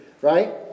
right